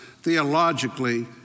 theologically